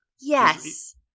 Yes